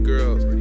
Girls